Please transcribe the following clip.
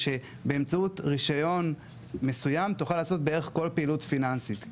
שבאמצעות רישיון מסוים תוכל לעשות בערך כל פעילות פיננסית.